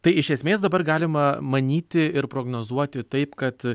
tai iš esmės dabar galima manyti ir prognozuoti taip kad